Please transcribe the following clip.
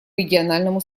региональному